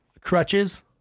crutches